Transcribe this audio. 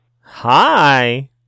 Hi